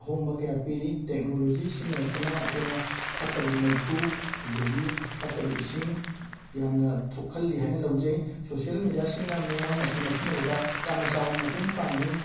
ꯑꯍꯣꯡꯕ ꯀꯌꯥ ꯄꯤꯔꯤ ꯇꯦꯛꯅꯣꯂꯣꯖꯤ ꯁꯤꯖꯤꯟꯅꯔꯛꯄꯅ ꯑꯩꯈꯣꯏꯅ ꯐꯠꯇꯕ ꯃꯩꯈꯨ ꯑꯗꯨꯗꯒꯤ ꯐꯠꯇꯕ ꯏꯁꯤꯡ ꯌꯥꯝꯅ ꯊꯣꯛꯍꯜꯂꯤ ꯍꯥꯏꯅ ꯂꯧꯖꯩ ꯁꯣꯁꯤꯌꯦꯜ ꯃꯦꯗꯤꯌꯥꯁꯤꯡꯅ ꯃꯤꯌꯥꯝ ꯑꯁꯤ ꯅꯛꯁꯤꯟꯅꯕꯗ ꯌꯥꯝꯅ ꯆꯥꯎꯅ ꯃꯇꯦꯡ ꯄꯥꯡꯏ